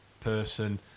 person